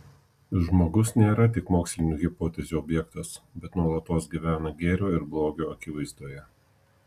žmogus nėra tik mokslinių hipotezių objektas bet nuolatos gyvena gėrio ir blogio akivaizdoje